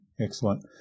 Excellent